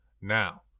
Now